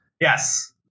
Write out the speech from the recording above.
Yes